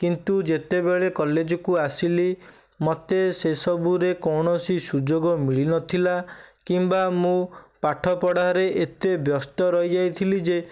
କିନ୍ତୁ ଯେତେବେଳେ କଲେଜକୁ ଆସିଲି ମୋତେ ସେ ସବୁରେ କୌଣସି ସୁଯୋଗ ମିଳିନଥିଲା କିମ୍ବା ମୁଁ ପାଠ ପଢ଼ାରେ ଏତେ ବ୍ୟସ୍ତ ରହିଯାଇଥିଲି ଯେ